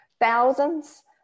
thousands